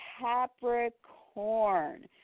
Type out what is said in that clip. Capricorn